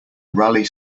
raleigh